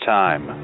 time